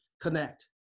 connect